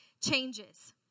changes